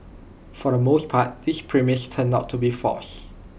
for the most part this premise turned out to be false